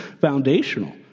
foundational